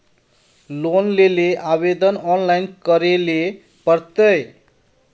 Loan लेले आवेदन online करे ले पड़ते?